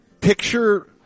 picture